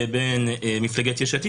לבין מפלגת יש עתיד,